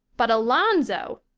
but alonzo!